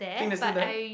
think they're still there